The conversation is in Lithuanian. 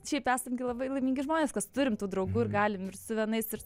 šiaip esam gi labai laimingi žmonės kad turim tų draugų ir galim ir su vienais ir